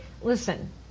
listen